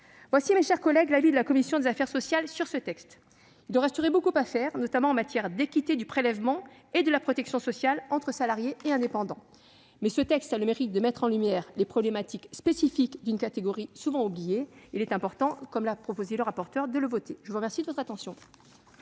est, mes chers collègues, l'avis de la commission des affaires sociales sur ce texte. Il resterait beaucoup à faire, notamment en matière d'équité du prélèvement et de la protection sociale entre salariés et indépendants. Toutefois, ce texte a le mérite de mettre en lumière les problématiques spécifiques d'une catégorie souvent oubliée. Il est donc important, comme l'a souligné M. le rapporteur, de le voter. La parole est à M.